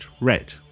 red